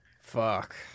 Fuck